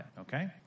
okay